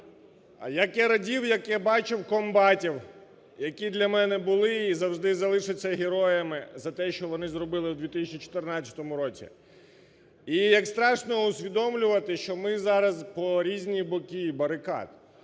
як я радів, як я бачив комбатів, які для мене були і завжди залишаться героями за те, що вони зробили у 2014 році. І як страшно усвідомлювати, що ми зараз по різні боки барикад,